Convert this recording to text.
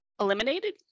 eliminated